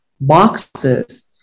boxes